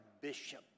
bishop